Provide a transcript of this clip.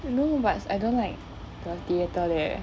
I know but I don't like the theatre there